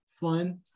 fun